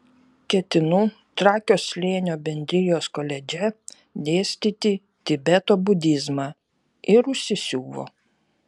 ketinu trakio slėnio bendrijos koledže dėstyti tibeto budizmą ir užsisiuvo